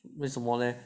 为什么 leh